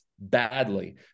badly